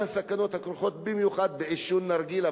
מה הסכנות הכרוכות במיוחד בעישון נרגילה,